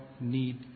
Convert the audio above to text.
need